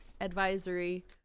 Advisory